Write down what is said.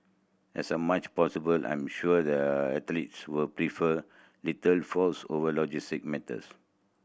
as much possible I am sure the athletes will prefer little fuss over logistical matters